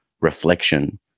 reflection